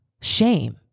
shame